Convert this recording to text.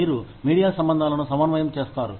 మీరు మీడియా సంబంధాలను సమన్వయం చేస్తారు